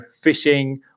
fishing